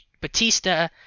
Batista